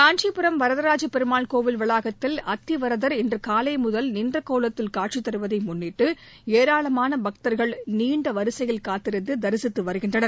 காஞ்சிபுரம் வரதராஜப் பெருமாள் கோவில் வளாகத்தில் அத்திவரதர் இன்று காலை முதல் நின்றகோலத்தில் காட்சி தருவதை ஏராளமான பக்தர்கள் நீண்ட வரிசையில் காத்திருந்து தரிசித்து வருகின்றனர்